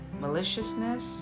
maliciousness